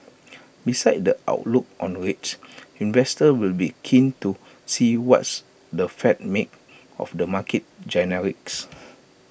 besides the outlook on rates investors will be keen to see what's the fed made of the market